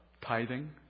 Tithing